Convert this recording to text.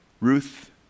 Ruth